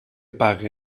pague